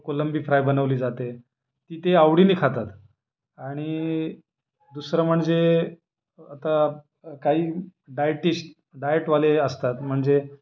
कोलंबी फ्राय बनवली जाते ती ते आवडीनी खातात आणि दुसरं म्हणजे आता काही डायटिश्ट डायटवाले असतात म्हणजे